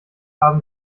haben